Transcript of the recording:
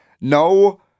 No